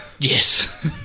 Yes